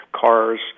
cars